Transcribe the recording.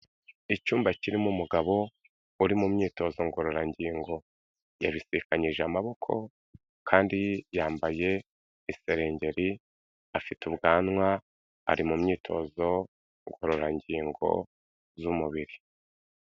Icyumba kirimo umugabo uri mu myitozo ngororangingo. Yabisikanyije amaboko, kandi yambaye iserengeri, afite ubwanwa, ari mu myitozo ngororangingo z'umubiri.